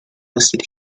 listed